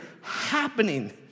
happening